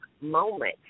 moment